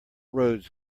roads